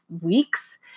weeks